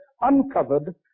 uncovered